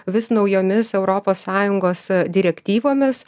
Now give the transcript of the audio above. vis naujomis europos sąjungos direktyvomis